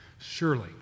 surely